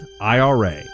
IRA